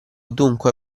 dunque